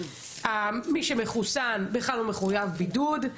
מי שמחוסן בכלל לא מחויב בידוד,